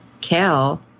Cal